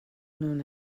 known